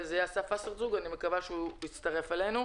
אני מקווה שאסף וסרצוג יצטרף אלינו.